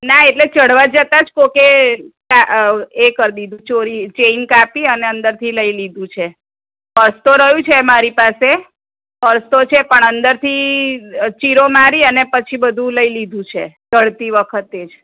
ના એટલે ચડવાં જતાં જ કોઈકે એ કરી દીધું ચોરી ચૈન કાપી અને અંદરથી લઇ લીધું છે પર્સ તો રહ્યું છે મારી પાસે પર્સ તો છે પણ અંદરથી ચીરો મારી અને પછી બધું લઇ લીધું છે ચડતી વખતે જ